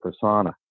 persona